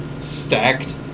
stacked